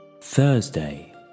Thursday